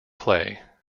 clay